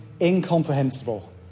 incomprehensible